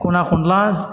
खना खनला